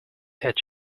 had